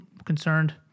concerned